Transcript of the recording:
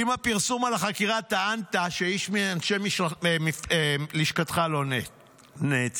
עם הפרסום על החקירה טענת שאיש מלשכתך לא נעצר.